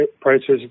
prices